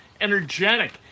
energetic